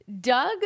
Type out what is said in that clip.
Doug